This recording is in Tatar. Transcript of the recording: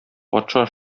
патша